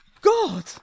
God